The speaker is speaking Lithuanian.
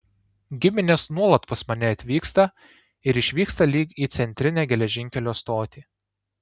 giminės nuolat pas mane atvyksta ir išvyksta lyg į centrinę geležinkelio stotį